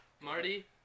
Marty